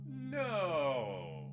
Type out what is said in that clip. No